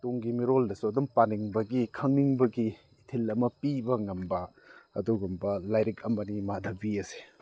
ꯇꯨꯡꯒꯤ ꯃꯤꯔꯣꯜꯗꯁꯨ ꯑꯗꯨꯝ ꯄꯥꯅꯤꯡꯕꯒꯤ ꯈꯪꯅꯤꯡꯕꯒꯤ ꯏꯊꯤꯜ ꯑꯃ ꯄꯤꯕ ꯉꯝꯕ ꯑꯗꯨꯒꯨꯝꯕ ꯂꯥꯏꯔꯤꯛ ꯑꯃꯅꯤ ꯃꯥꯙꯕꯤ ꯑꯁꯦ